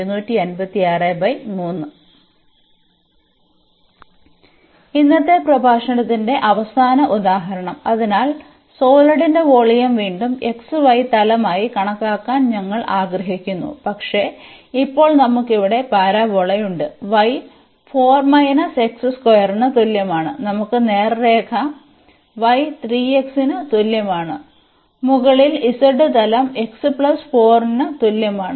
ഇന്നത്തെ പ്രഭാഷണത്തിന്റെ അവസാന ഉദാഹരണം അതിനാൽ സോളിഡിന്റെ വോളിയം വീണ്ടും xy തലം ആയി കണക്കാക്കാൻ ഞങ്ങൾ ആഗ്രഹിക്കുന്നു പക്ഷേ ഇപ്പോൾ നമുക്ക് ഇവിടെ പരാബോളയുണ്ട് y ന് തുല്യമാണ് നമുക്ക് നേർരേഖ y 3x ന് തുല്യമാണ് മുകളിൽ z തലം x 4 ന് തുല്യമാണ്